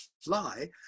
fly